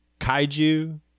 Kaiju